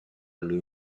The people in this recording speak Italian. lui